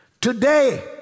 Today